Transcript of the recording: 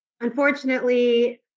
unfortunately